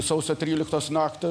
sausio tryliktos naktį